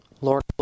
Lord